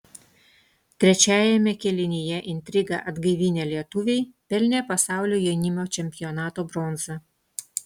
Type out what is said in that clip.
trečiajame kėlinyje intrigą atgaivinę lietuviai pelnė pasaulio jaunimo čempionato bronzą